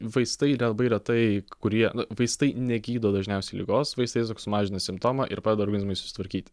vaistai yra labai retai kurie vaistai negydo dažniausiai ligos vaistai sumažina simptomą ir padeda organizmui susitvarkyti